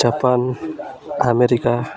Japan America